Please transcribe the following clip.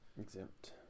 Exempt